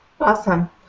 Awesome